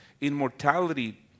immortality